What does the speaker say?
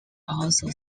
also